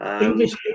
English